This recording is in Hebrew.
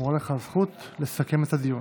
שמורה לך הזכות לסכם את הדיון.